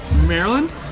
Maryland